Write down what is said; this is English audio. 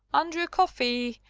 andrew coffey,